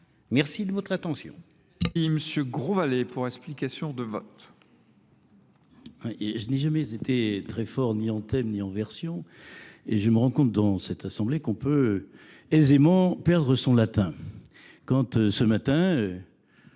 Merci de votre attention.